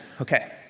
okay